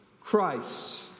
Christ